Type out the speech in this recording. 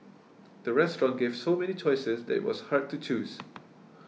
the restaurant gave so many choices that was hard to choose